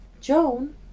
Joan